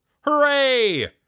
Hooray